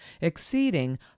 exceeding